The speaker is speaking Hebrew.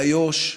באיו"ש,